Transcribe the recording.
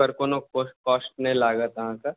ओकर कोनो कॉस्ट नहि लागत अहाँके